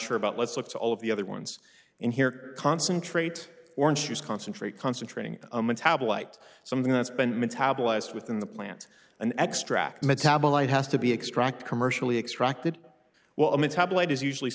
sure about let's look to all of the other ones in here concentrate orange juice concentrate concentrating on one tab light something that's been metabolized within the plant an extract metabolite has to be extract commercially extracted well metabolite is usually